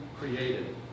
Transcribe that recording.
created